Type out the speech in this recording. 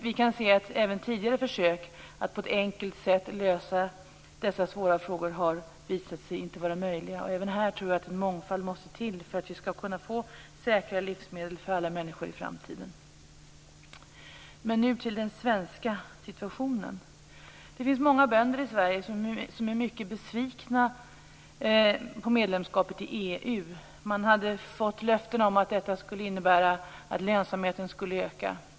Vi kan ju se att även tidigare försök att på ett enkelt sätt lösa dessa svåra frågor har visat på att det här inte är möjligt. Även här tror jag att en mångfald måste till för att vi i framtiden skall kunna få säkra livsmedel för alla människor. Jag går nu över till den svenska situationen. I Sverige finns det många bönder som är mycket besvikna på medlemskapet i EU. Man hade fått löften om att detta skulle innebära ökad lönsamhet.